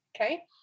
Okay